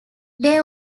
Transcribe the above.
they